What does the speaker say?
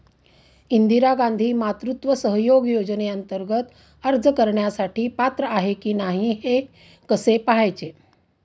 इंदिरा गांधी मातृत्व सहयोग योजनेअंतर्गत अर्ज करण्यासाठी पात्र आहे की नाही हे कसे पाहायचे?